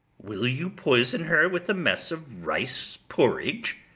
will you poison her with a mess of rice porridge?